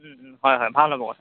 হয় হয় ভাল হ'ব কথাতো